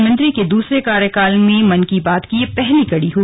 प्रधानमंत्री के दूसरे कार्यकाल में मन की बात की यह पहली कड़ी है